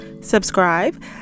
subscribe